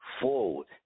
forward